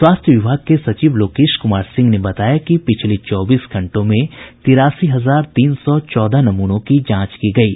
स्वास्थ्य विभाग के सचिव लोकेश कुमार सिंह ने बताया कि पिछले चौबीस घंटों में तिरासी हजार तीन सौ चौदह नमूनों की जांच की गयी